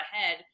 ahead